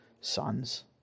sons